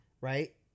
right